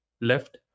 left